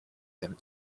them